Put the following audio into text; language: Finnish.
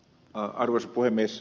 arvoisa puhemies